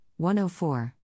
104